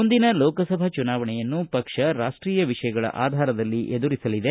ಮುಂದಿನ ಲೋಕಸಭಾ ಚುನಾವಣೆಯನ್ನು ಪಕ್ಷ ರಾಷ್ಟೀಯ ವಿಷಯಗಳ ಆಧಾರದಲ್ಲಿ ಎದುರಿಸಲಿದೆ